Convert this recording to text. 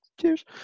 Cheers